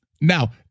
Now